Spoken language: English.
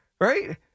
right